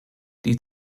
die